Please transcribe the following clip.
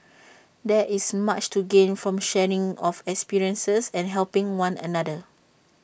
there is much to gain from sharing of experiences and helping one another